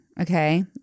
okay